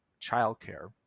childcare